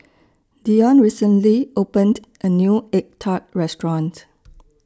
Deion recently opened A New Egg Tart Restaurant